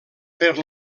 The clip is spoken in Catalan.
fer